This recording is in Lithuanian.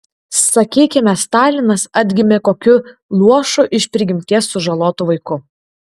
sakykime stalinas atgimė kokiu luošu iš prigimties sužalotu vaiku